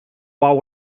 while